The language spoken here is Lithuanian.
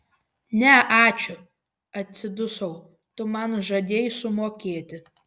ne ačiū atsidusau tu man žadėjai sumokėti